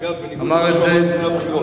אגב, בניגוד למה שהוא אמר לפני הבחירות.